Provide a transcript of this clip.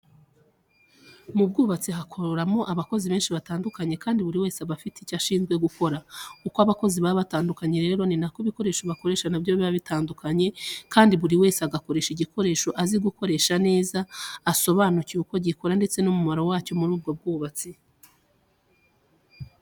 Mu bwubatsi hakoramo abakozi benshi batandukanye kandi buri wese aba afite icyo ashinzwe gukora. Uko abakozi baba batandukanye rero ni nako ibikoresho bakoresha na byo biba bitandukanye kandi buri wese agakoresha igikoresho azi gukoresha neza, asobanukiwe uko gikora ndetse n'umumaro wacyo muri ubwo bwubatsi.